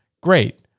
Great